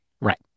right